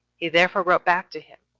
he therefore wrote back to him,